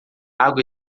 água